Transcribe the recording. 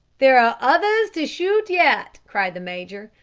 there are others to shoot yet, cried the major.